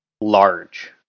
large